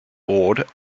board